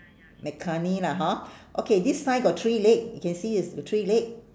mccartney lah hor okay this sign got three leg you can see is got three leg